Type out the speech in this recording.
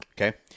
Okay